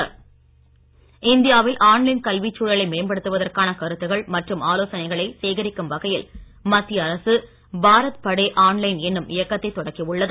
இயக்கம் இந்தியாவில் online கல்விச் சூழலை மேம்படுத்தவதற்கான கருத்துக்கள் மற்றும் ஆலோசனைகளை சேகரிக்கும் வகையில் மத்திய அரசு பாரத் படே ஆன் லைன் என்னும் இயக்கத்தை தொடக்கி உள்ளது